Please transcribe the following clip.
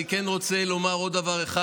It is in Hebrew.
אני כן רוצה לומר עוד דבר אחד.